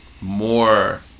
more